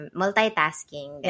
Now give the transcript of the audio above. multitasking